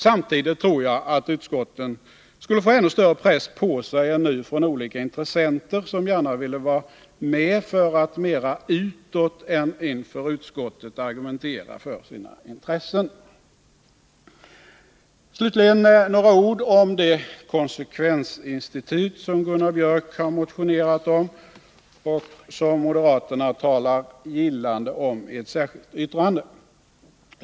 Samtidigt tror jag att utskotten skulle få ännu större press på sig än nu från olika intressenter som gärna ville vara med för att mera utåt än för utskottet argumentera för sina intressen. Slutligen några ord om det konsekvensinstitut som Gunnar Biörck i Värmdö har motionerat om och som moderaterna talar gillande om i ett särskilt yttrande.